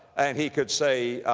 and he could say, ah,